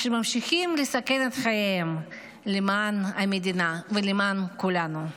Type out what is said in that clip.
שממשיכים לסכן את חייהם למען המדינה ולמען כולנו.